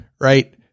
Right